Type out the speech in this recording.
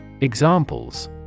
Examples